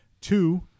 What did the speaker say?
Two